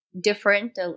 different